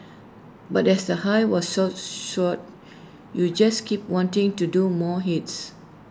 but as the high was so short you just keep wanting to do more hits